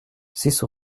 six